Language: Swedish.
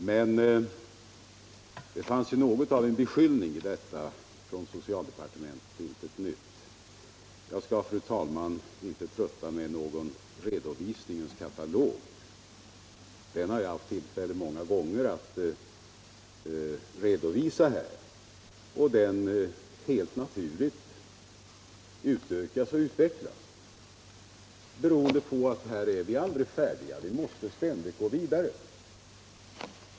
Men det fanns ju något av en beskyllning i detta: Från socialdepartementet intet nytt. Jag skall, fru talman, inte trötta med någon redovisningskatalog. En sådan har jag haft tillfälle att framlägga här många gånger, och helt naturligt utökas katalogen, beroende på att vi inom detta område aldrig är färdiga — vi måste ständigt gå vidare.